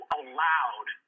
allowed